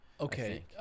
Okay